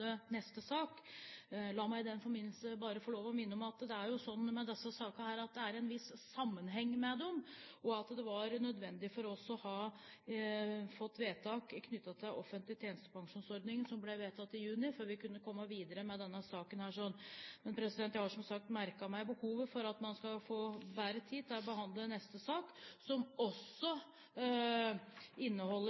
neste sak. La meg i den forbindelse bare få lov til å minne om at det mellom disse sakene er en viss sammenheng, og at det var nødvendig for oss å få et vedtak knyttet til den offentlige tjenestepensjonsordningen som ble vedtatt i juni, før vi kunne komme videre med denne saken. Jeg har som sagt merket meg behovet for at man skal få bedre tid til å behandle neste sak, som også inneholder